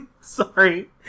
sorry